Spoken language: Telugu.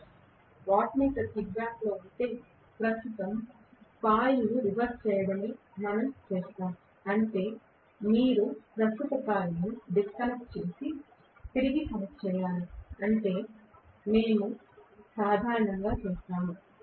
వాట్మీటర్ కిక్బ్యాక్లో 1 ఉంటే ప్రస్తుత కాయిల్ను రివర్స్ చేయడమే మనం చేస్తాం అంటే మీరు ప్రస్తుత కాయిల్ను డిస్కనెక్ట్ చేసి తిరిగి కనెక్ట్ చేయాలి అంటే మేము సాధారణంగా చేస్తాము